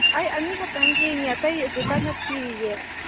ꯑꯩ ꯑꯅꯤꯈꯛꯇꯪ ꯌꯦꯡꯉꯦ ꯑꯇꯩꯁꯨ ꯀꯟꯅ ꯊꯤꯔꯤꯌꯦ